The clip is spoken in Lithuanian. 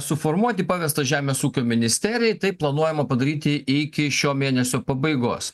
suformuoti pavesta žemės ūkio ministerijai tai planuojama padaryti iki šio mėnesio pabaigos